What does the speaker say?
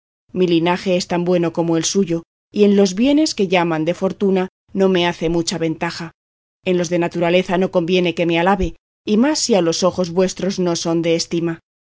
mi linaje es tan bueno como el suyo y en los bienes que llaman de fortuna no me hace mucha ventaja en los de naturaleza no conviene que me alabe y más si a los ojos vuestros no son de estima